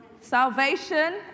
Salvation